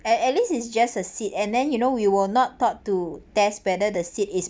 at at least it's just a seat and then you know we were not taught to test whether the seat is